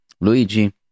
Luigi